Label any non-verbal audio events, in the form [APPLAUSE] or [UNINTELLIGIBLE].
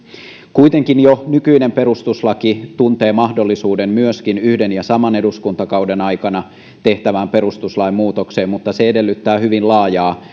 kuitenkin jo nykyinen perustuslaki tuntee mahdollisuuden myöskin yhden ja saman eduskuntakauden aikana tehtävään perustuslain muutokseen mutta se edellyttää hyvin laajaa [UNINTELLIGIBLE]